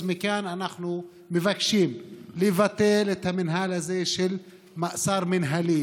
אז מכאן אנחנו מבקשים לבטל את המנהג הזה של מעצר מינהלי,